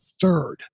third